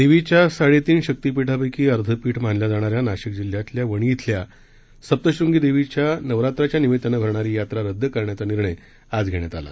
देवीच्या साडे तीन शक्तीपीठांपक्षी अर्धं पीठ मानल्या जाणाऱ्या नाशिक जिल्ह्यातल्या वणी इथल्या सप्तशृंग देवीची नवरात्राच्या निमित्तानं भरणारी यात्रा रद्द करण्याचा निर्णय आज घेण्यात आला